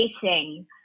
facing